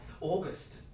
August